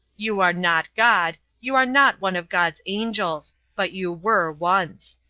you are not god. you are not one of god's angels. but you were once.